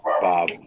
Bob